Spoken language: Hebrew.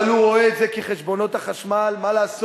אבל הוא רואה את זה כי חשבונות החשמל, מה לעשות?